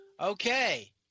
Okay